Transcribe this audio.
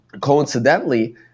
coincidentally